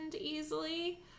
easily